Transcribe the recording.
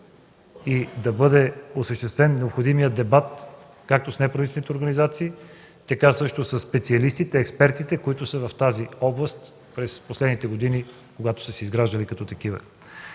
и да бъде осъществен необходимият дебат както с неправителствените организации, така също със специалистите, експертите, които са в тази област през последните години, когато са се изграждали като такива.